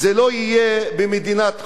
שלא יהיה הפקר במדינת חוק.